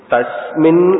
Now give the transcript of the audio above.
Tasmin